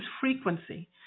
frequency